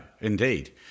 indeed